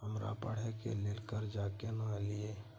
हमरा पढ़े के लेल कर्जा केना लिए?